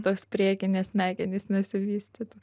tos priekinės smegenys nesivystytų